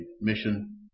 mission